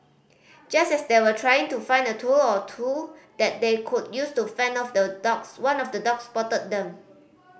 just as they were trying to find a tool or two that they could use to fend off the dogs one of the dogs spotted them